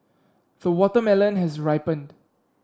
the watermelon has ripened